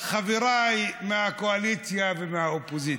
חבריי מהקואליציה ומהאופוזיציה,